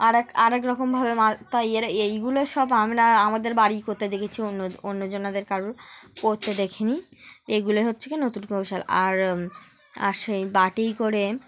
আরেক আরেক রকমভাবে তাই এর এইগুলো সব আমরা আমাদের বাড়ি করতে দেখেছি অন্য অন্যজনেদের কারোর করতে দেখে নি এগুলো হচ্ছে কি নতুন কৌশল আর আর সেই বাটিই করে